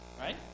Right